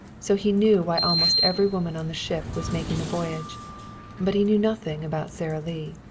so he knew why almost every woman on the ship was making the voyage but he knew nothing about sara lee.